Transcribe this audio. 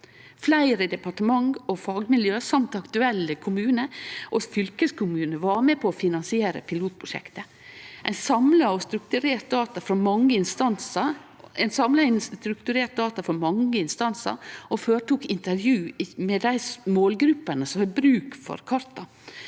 Fleire departement og fagmiljø samt aktuelle kommunar og fylkeskommunar var med på å finansiere pilotprosjektet. Ein samla inn strukturerte data frå mange instansar og føretok intervju med dei målgruppene som har bruk for karta,